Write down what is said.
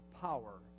power